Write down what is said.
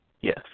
yes